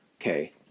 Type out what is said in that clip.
okay